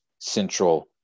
central